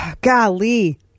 Golly